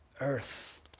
earth